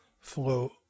flow